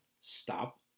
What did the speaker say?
stop